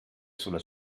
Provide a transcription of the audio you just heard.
sulla